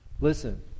Listen